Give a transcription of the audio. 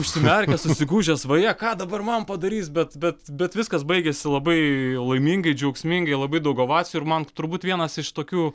užsimerkęs susigūžęs vaje ką dabar man padarys bet bet bet viskas baigėsi labai laimingai džiaugsmingai labai daug ovacijų ir man turbūt vienas iš tokių